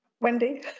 Wendy